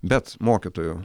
bet mokytojų